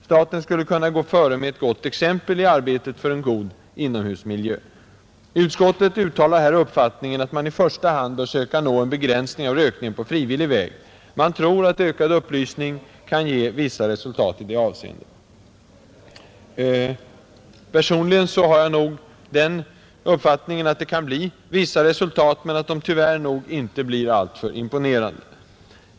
Staten skulle kunna gå före med gott exempel i arbetet för en god inomhusmiljö. Utskottet uttalar här uppfattningen att man i första hand bör söka nå en begränsning av rökningen på frivillig väg. Man tror att ökad upplysning kan ge vissa resultat i det avseendet. Personligen har jag den meningen att det kan bli vissa resultat, men att de tyvärr nog inte blir alltför imponerande.